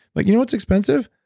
like you know what's expensive?